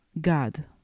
god